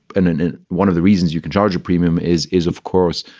and and one of the reasons you can charge a premium is, is, of course,